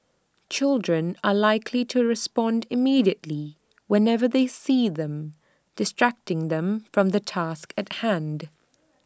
children are likely to respond immediately whenever they see them distracting them from the task at hand